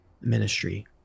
ministry